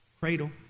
cradle